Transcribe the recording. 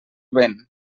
vent